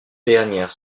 dernières